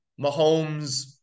Mahomes